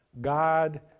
God